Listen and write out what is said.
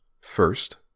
First